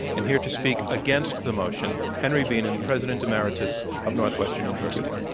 and here to speak against the motion, henry bienen, president emeritus of northwestern university.